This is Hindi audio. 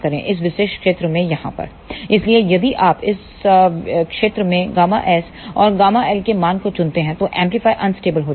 इस विशेष क्षेत्र में यहां पर इसलिए यदि आप इस क्षेत्र में Γs और ΓL के मान को चुनते हैं तो एम्पलीफायर अनस्टेबल हो जाएगा